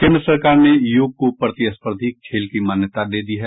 केन्द्र सरकार ने योग को प्रतिस्पर्धी खेल की मान्यता दे दी है